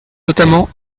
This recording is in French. notamment